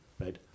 right